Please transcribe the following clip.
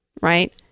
right